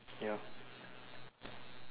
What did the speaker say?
ya